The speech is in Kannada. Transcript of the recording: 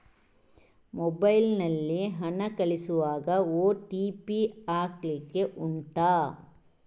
ಮೊಬೈಲ್ ನಲ್ಲಿ ಹಣ ಕಳಿಸುವಾಗ ಓ.ಟಿ.ಪಿ ಹಾಕ್ಲಿಕ್ಕೆ ಉಂಟಾ